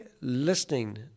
listening